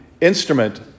instrument